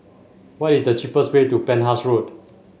what is the cheapest way to Penhas Road